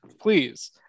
Please